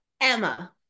Emma